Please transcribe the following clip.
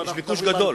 יש ביקוש גדול.